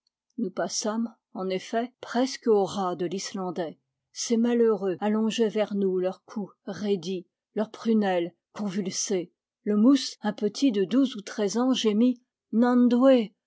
nous passâmes en effet presque au ras de l'islandais ces malheureux allongeaient vers nous leurs cous raidis leurs prunelles convulsées le mousse un petit de douze ou treize ans gémit n